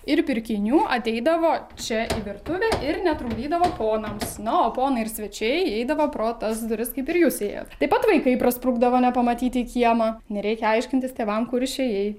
ir pirkinių ateidavo čia į virtuvę ir netrukdydavo ponams na o ponai ir svečiai įeidavo pro tas duris kaip ir jūs įėjot taip pat vaikai pasprukdavo nepamatyti į kiemą nereikia aiškintis tėvam kur išėjai